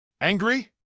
Angry